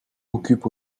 occupe